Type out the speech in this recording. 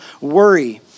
worry